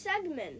segment